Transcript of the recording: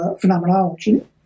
phenomenology